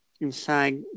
inside